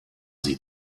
sie